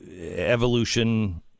evolution